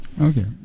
Okay